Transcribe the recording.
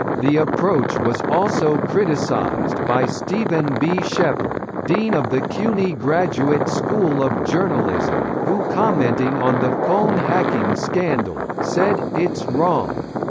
the approach was also criticised by stephen b. shepard, dean of the cuny graduate school of journalism, who commenting on the phone hacking scandal, said it's wrong.